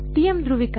TM ಧ್ರುವೀಕರಣ